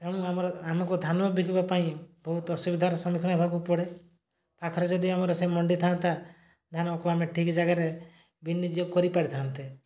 ତେଣୁ ଆମର ଆମକୁ ଧାନ ବିକିବା ପାଇଁ ବହୁତ ଅସୁବିଧାର ସମ୍ମୁଖୀନ ହେବାକୁ ପଡ଼େ ପାଖରେ ଯଦି ଆମର ସେ ମଣ୍ଡି ଥାନ୍ତା ଧାନକୁ ଆମେ ଠିକ ଜାଗାରେ ବିନିଯୋଗ କରିପାରିଥାନ୍ତେ